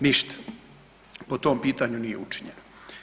Ništa po tom pitanju nije učinjeno.